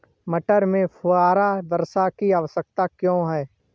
मटर में फुहारा वर्षा की आवश्यकता क्यो है?